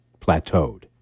plateaued